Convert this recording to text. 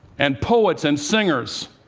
and poets and singers